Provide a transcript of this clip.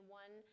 one